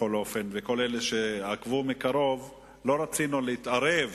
בכל אופן, וכל אלה שעקבו מקרוב, לא רצינו להתערב,